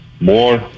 more